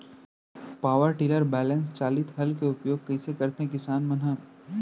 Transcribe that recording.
Power tiller balance चालित हल के उपयोग कइसे करथें किसान मन ह?